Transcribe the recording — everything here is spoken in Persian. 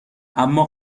اما